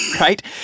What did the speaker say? right